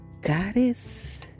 goddess